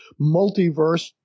multiverse